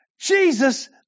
Jesus